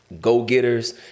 go-getters